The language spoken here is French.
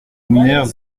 mouillères